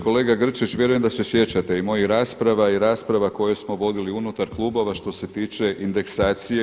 Kolega Grčić, vjerujem da se sjećate i mojih rasprava i rasprava koje smo vodili unutar klubova što se tiče indeksacije.